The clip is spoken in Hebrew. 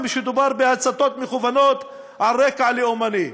ושמדובר בהצתות מכוונות על רקע לאומני.